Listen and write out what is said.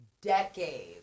decades